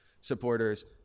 supporters